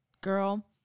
girl